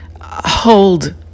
hold